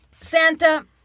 Santa